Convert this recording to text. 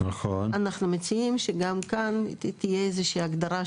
אנחנו מציעים שגם כאן תהיה איזו שהיא